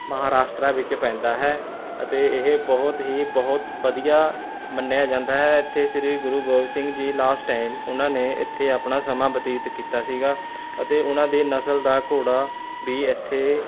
ਮਹਾਰਾਸ਼ਟਰਾ ਵਿੱਚ ਪੈਂਦਾ ਹੈ ਅਤੇ ਇਹ ਬਹੁਤ ਹੀ ਬਹੁਤ ਵਧੀਆ ਮੰਨਿਆ ਜਾਂਦਾ ਹੈ ਇੱਥੇ ਸ਼੍ਰੀ ਗੁਰੂ ਗੋਬਿੰਦ ਸਿੰਘ ਜੀ ਲਾਸਟ ਟਾਇਮ ਉਹਨਾਂ ਨੇ ਇੱਥੇ ਆਪਣਾ ਸਮਾਂ ਬਤੀਤ ਕੀਤਾ ਸੀ ਅਤੇ ਉਹਨਾਂ ਦੀ ਨਸਲ ਦਾ ਘੋੜਾ ਵੀ ਇੱਥੇ